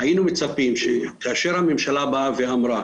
היינו מצפים שכאשר הממשלה באה ואמרה